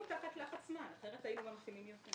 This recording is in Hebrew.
תחת לחץ זמן כי אחרת היינו ממתינים יותר.